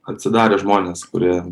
atsidarė žmonės kurie